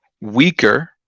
weaker